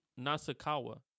Nasakawa